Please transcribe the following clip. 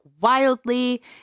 wildly